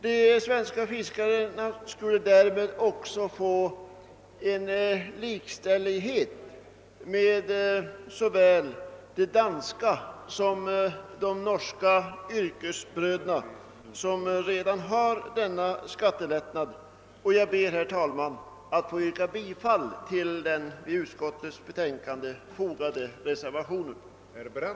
De svenska fiskarna skulle därmed också bli jämställda i skattehänseende med såväl sina danska som sina norska yrkesbröder, som redan har denna skattelättnad. Jag ber, herr talman, att få yrka bifall till den vid utskottets betänkande fogade reservationen.